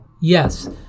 Yes